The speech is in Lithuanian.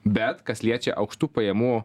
bet kas liečia aukštų pajamų